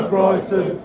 Brighton